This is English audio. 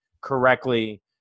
correctly